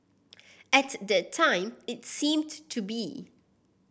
at that time it seemed to be